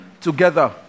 together